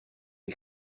les